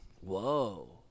Whoa